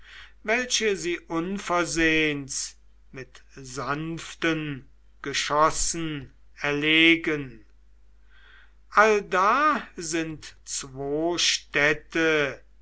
welche sie unversehens mit sanften geschossen erlegen allda sind zwo städte